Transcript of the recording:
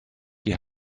die